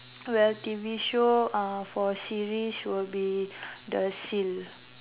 well T_V show uh for series will be the seal